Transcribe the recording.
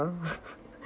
!huh!